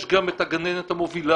יש גם את הגננת המובילה,